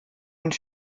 und